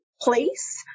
place